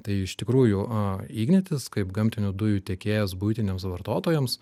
tai iš tikrųjų a ignitis kaip gamtinių dujų tiekėjas buitiniams vartotojams